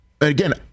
Again